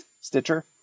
Stitcher